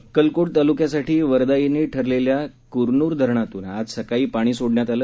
अक्कलकोट तालुक्यासाठी वरदायिनी ठरलेल्या कुरनूर धरणातून आज सकाळी पाणी सोडण्यात आलं